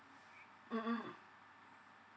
mmhmm